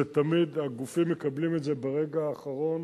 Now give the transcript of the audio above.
שתמיד הגופים מקבלים את זה ברגע האחרון